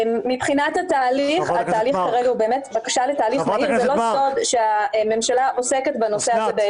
יש רצון של הממשלה לזרז את החקיקה ככל